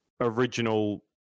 original